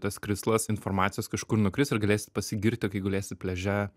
tas krislas informacijos kažkur nukris ir galėsit pasigirti kai gulėsit pliaže